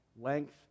length